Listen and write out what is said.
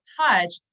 touch